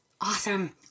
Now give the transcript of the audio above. awesome